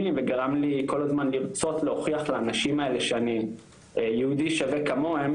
וגרם לי כל הזמן לרצות להוכיח לאנשים האלה שאני יהודי שווה כמוהם